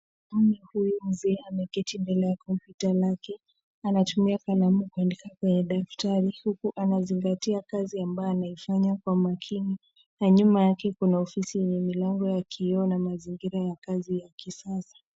Mwanaume huyu mzima ameketi mbele ya kompyuta lake anatumia kalamu kuandika kwenye daftari huku anazingatia kazi ambayo anaifanya kwa makini na nyuma yake kuna ofisi yenye milango ya kioo na mazingira ya kazi ya kisasa.